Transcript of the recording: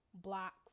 blocks